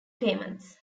payments